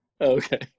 Okay